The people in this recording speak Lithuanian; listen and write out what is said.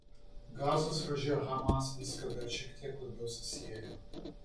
gazos ruože hamas viską dar šiek tiek labiau susiejo